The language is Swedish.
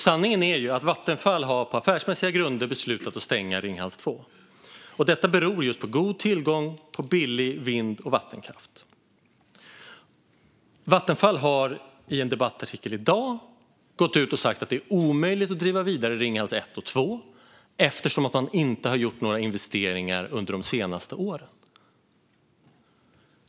Sanningen är att Vattenfall på affärsmässiga grunder har beslutat att stänga Ringhals 2. Detta beror just på god tillgång på billig vind och vattenkraft. Vattenfall har i en debattartikel i dag gått ut och sagt att det är omöjligt att driva vidare Ringhals 1 och 2 eftersom de inte har gjort några investeringar under de senaste åren.